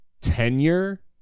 tenure